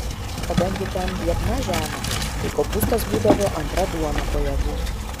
kadangi ten biedna žemė tai kopūstas būdavo antra duona po javų